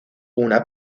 una